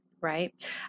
right